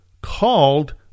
called